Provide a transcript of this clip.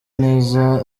neza